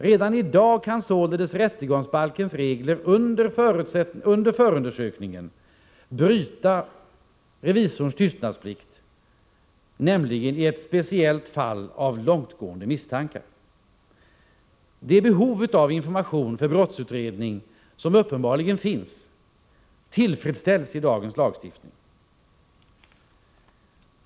Redan i dag kan man således med hänvisning till rättegångsbalkens regler under en förundersökning bryta revisorns tystnadsplikt, nämligen då det föreligger långtgående misstankar om brott. Det behov av information för brottsutredning som uppenbarligen finns tillfredsställs i dagens lagstiftning.